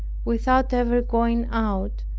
without ever going out,